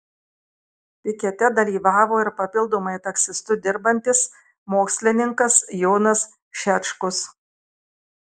pikete dalyvavo ir papildomai taksistu dirbantis mokslininkas jonas šečkus